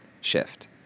shift